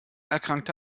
erkrankte